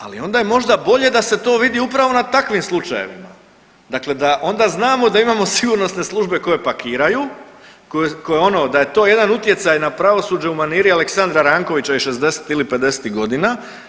Ali onda je možda bolje da se to vidi upravo na takvim slučajevima, dakle da onda znamo da imamo sigurnosne službe koje pakiraju, koje ono da je to jedan utjecaj na pravosuđe u maniri Aleksandra Rankovića iz šezdesetih ili pedesetih godina.